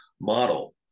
model